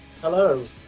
Hello